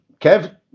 Kev